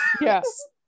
yes